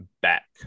back